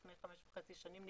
לפני חמש וחצי שנים,